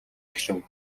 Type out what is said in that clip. эхлэв